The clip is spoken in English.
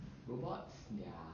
robots they're